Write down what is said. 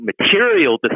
material